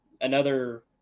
another-